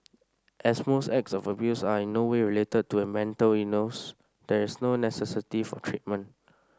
as most acts of abuse are in no way related to a mental illness there is no necessity for treatment